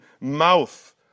mouth